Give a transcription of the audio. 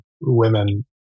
women